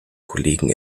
kollegen